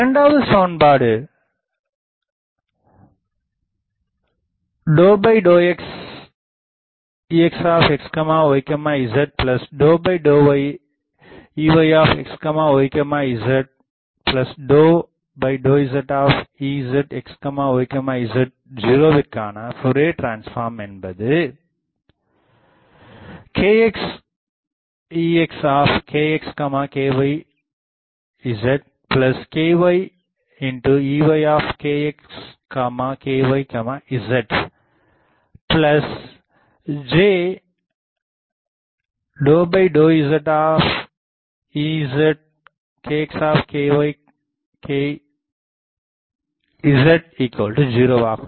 இரண்டாவது சமன்பாடு ƏƏxExxyzƏƏyEyxyzƏƏzEzxyz0ற்க்கான ஃப்போரியர் டிரான்ஸ்ஃபார்ம் என்பது kxExkx ky zkyEykx ky zjƏƏzEzkx ky z0 ஆகும்